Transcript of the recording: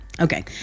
okay